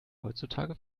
heutzutage